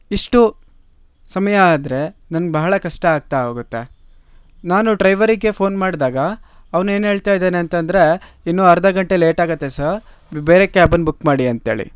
ಇಷ್ಟು ಸಮಯ ಆದರೆ ನನ್ಗೆ ಬಹಳ ಕಷ್ಟ ಆಗ್ತಾ ಹೋಗುತ್ತೆ ನಾನು ಡ್ರೈವರಿಗೆ ಫೋನ್ ಮಾಡಿದಾಗ ಅವ್ನೇನು ಹೇಳ್ತಾ ಇದ್ದಾನೆ ಅಂತಂದರೆ ಇನ್ನೂ ಅರ್ಧ ಗಂಟೆ ಲೇಟಾಗತ್ತೆ ಸರ್ ಬೇರೆ ಕ್ಯಾಬನ್ನ ಬುಕ್ ಮಾಡಿ ಅಂತೇಳಿ